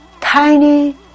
Tiny